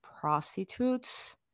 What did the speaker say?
Prostitutes